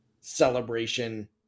celebration